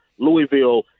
Louisville